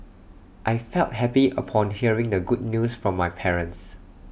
I felt happy upon hearing the good news from my parents